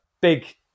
big